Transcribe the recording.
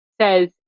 says